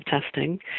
testing